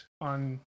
on